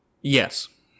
Yes